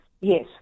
Yes